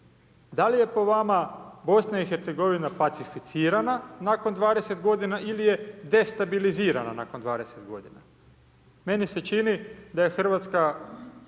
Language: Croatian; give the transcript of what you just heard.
Da li je po vama BiH pacificirana nakon 20 g. ili je destabilizirana nakon 20 g.? Meni se čini da je Hrvatska